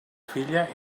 filla